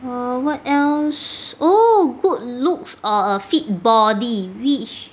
err what else oo good looks or a fit body which